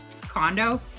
condo